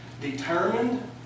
Determined